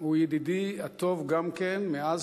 הוא ידידי הטוב גם כן מאז